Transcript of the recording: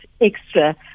extra